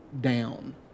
down